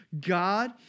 God